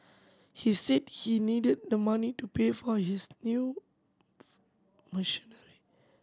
he said he needed the money to pay for his new machinery